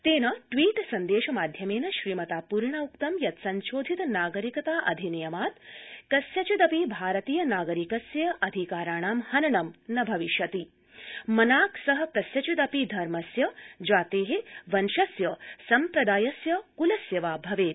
तेन ट्वीट् सन्देश माध्यमेन श्रीमता पुरिणा उक्तं यत् संशोधित नागरिकताधिनियमात् कस्यचिदपि भारतीय नागरिकस्य अधिकाराणां हननं न भविष्यति मनाक् स कस्यचिदपि धर्मस्य जाते वंशस्य सम्प्रदायस्य कुलस्य वा भवेत्